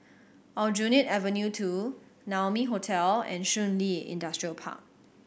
Aljunied Avenue Two Naumi Hotel and Shun Li Industrial Park